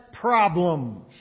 problems